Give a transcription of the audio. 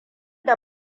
da